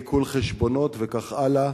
עיקול חשבונות וכך הלאה,